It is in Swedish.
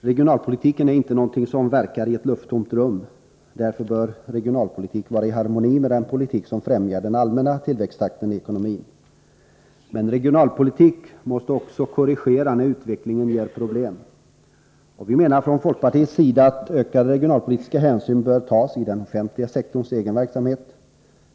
Regionalpolitik är inte någonting som verkar i ett lufttomt rum, därför bör regionalpolitik vara i harmoni med den politik som främjar den allmänna tillväxttakten i ekonomin. Men regionalpolitiken måste också korrigeras när utvecklingen medför problem. Från folkpartiets sida menar vi att ökade regionalpolitiska hänsyn bör tas i den offentliga sektorns egen verksamhet.